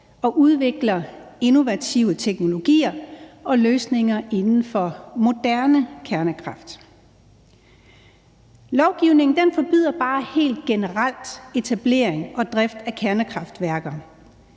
og udvikler innovative teknologier og løsninger inden for moderne kernekraft. Lovgivningen forbyder bare helt generelt etablering og drift af kernekraftværker,